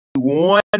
one